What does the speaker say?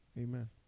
Amen